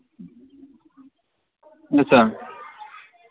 अच्छा